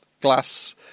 glass